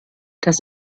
das